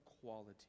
quality